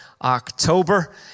October